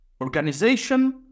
organization